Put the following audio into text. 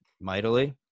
mightily